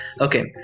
Okay